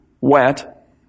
wet